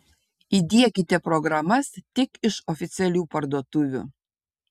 įdiekite programas tik iš oficialių parduotuvių